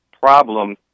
problem